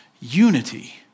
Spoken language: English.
unity